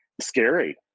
scary